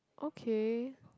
okay